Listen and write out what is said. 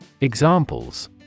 Examples